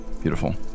Beautiful